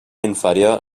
inferior